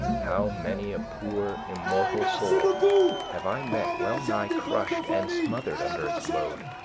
how many a poor immortal soul have i met well-nigh crushed and smothered under its load,